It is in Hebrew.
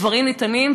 דברים ניתנים,